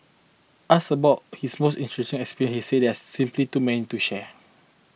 asked about his most interesting experiences he said that there are simply too many to share